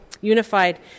Unified